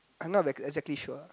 I'm not that exactly sure